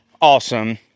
awesome